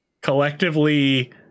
collectively